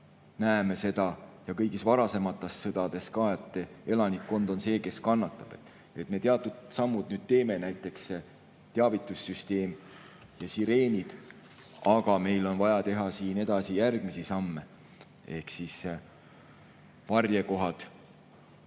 näeme seda – kõigis varasemates sõdades [oleme ka näinud] –, et elanikkond on see, kes kannatab. Me teatud sammud nüüd teeme, näiteks teavitussüsteem ja sireenid, aga meil on vaja teha edasi järgmisi samme ehk varjekohad